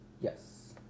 Yes